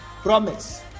promise